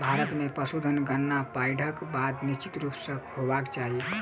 भारत मे पशुधन गणना बाइढ़क बाद निश्चित रूप सॅ होयबाक चाही